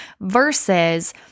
versus